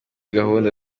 gahunda